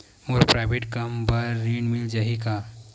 मोर private कम बर ऋण मिल जाही का?